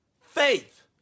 faith